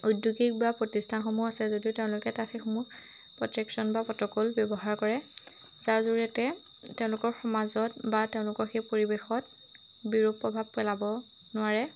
উদ্যোগিক বা প্ৰতিষ্ঠানসমূহ আছে যদিও তেওঁলোকে তাত সেইসমূহ প্ৰটেকশ্যন বা প্ৰট'কল ব্যৱহাৰ কৰে যাৰ জৰিয়তে তেওঁলোকৰ সমাজত বা তেওঁলোকৰ সেই পৰিৱেশত বিৰূপ প্ৰভাৱ পেলাব নোৱাৰে